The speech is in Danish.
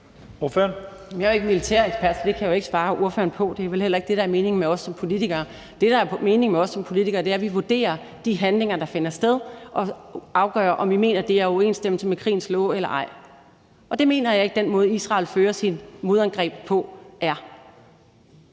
Jeg er jo ikke militærekspert, så det kan jeg ikke svare ordføreren på. Det er vel heller ikke det, der er meningen med os som politikere. Det, der er meningen med os som politikere, er, at vi vurderer de handlinger, der finder sted, og afgør, om vi mener, de er i overensstemmelse med krigens love eller ej. Og det mener jeg ikke at den måde, Israel fører sit modangreb på, er.